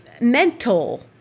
mental